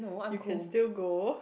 you can still go